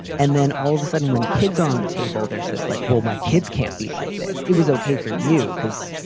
and then all of a sudden when kids are on the table, there's this like, well, my kids can't be like this. it was okay for you because,